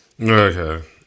Okay